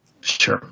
Sure